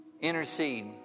intercede